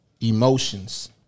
emotions